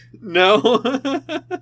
No